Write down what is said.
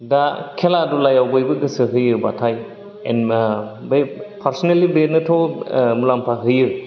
दा खेला दुलायाव बयबो गोसो होयोबाथाय बै एनम ओ बै पारसनेलि बेनोथ' ओ मुलाम्फा होयो